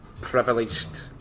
privileged